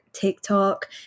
tiktok